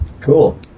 Cool